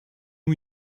new